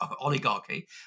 oligarchy